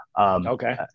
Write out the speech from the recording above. Okay